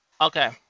Okay